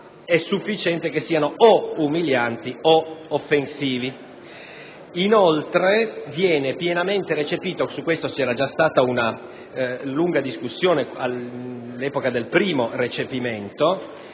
è sufficiente che siano umilianti od offensivi. Inoltre, viene stabilito che - su questo ci era già stata una lunga discussione all'epoca del primo recepimento